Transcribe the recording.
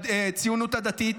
הציונות הדתית,